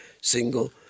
single